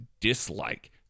dislike